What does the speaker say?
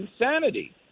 insanity